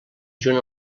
junt